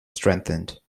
strengthened